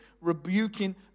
rebuking